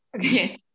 Yes